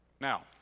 now